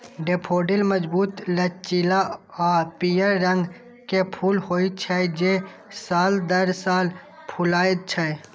daffodil मजबूत, लचीला आ पीयर रंग के फूल होइ छै, जे साल दर साल फुलाय छै